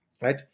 right